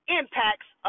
impacts